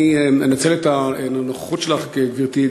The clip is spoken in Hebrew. אני מנצל את הנוכחות שלך, גברתי.